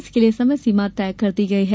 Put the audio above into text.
इसके लिये समय सीमा तय कर दी है